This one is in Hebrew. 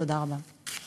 תודה רבה.